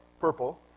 purple